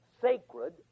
sacred